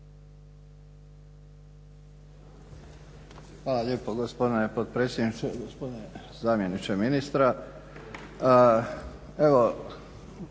Hvala lijepo gospodine potpredsjedniče. Gospodine zamjeniče ministra.